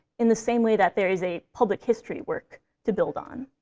in the same way that there is a public history work to build on.